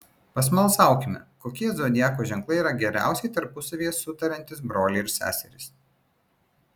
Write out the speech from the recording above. pasmalsaukime kokie zodiako ženklai yra geriausiai tarpusavyje sutariantys broliai ir seserys